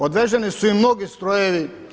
Odveženi su i mnogi strojevi.